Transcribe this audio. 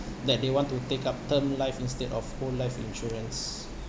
that they want to take up term life instead of whole life insurance